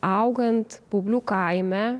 augant baublių kaime